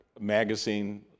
Magazine